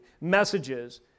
messages